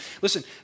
Listen